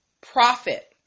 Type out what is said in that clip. profit